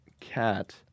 cat